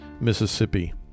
Mississippi